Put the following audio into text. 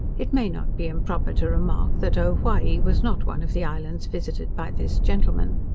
it may not be improper to remark, that owhyee was not one of the islands visited by this gentleman.